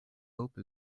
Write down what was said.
hope